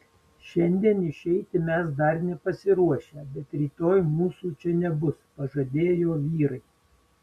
šiandien išeiti mes dar nepasiruošę bet rytoj mūsų čia nebus pažadėjo vyrai